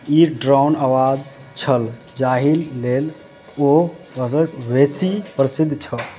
ई डराओन आवाज छल जाहि लेल ओ वजज वेसी प्रसिद्ध छल